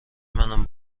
منم